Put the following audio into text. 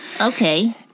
Okay